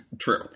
True